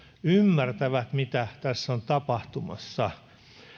ymmärtävät mitä tässä on tapahtumassa